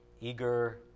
Eager